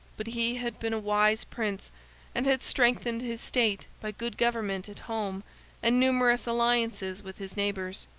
but he had been a wise prince and had strengthened his state by good government at home and numerous alliances with his neighbors.